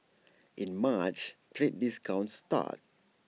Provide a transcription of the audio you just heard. in March trade discussions start